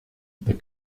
the